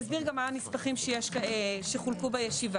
אני אסביר גם מה הנספחים שחולקו בישיבה.